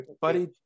buddy